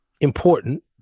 important